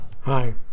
Hi